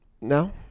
No